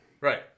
Right